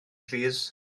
plîs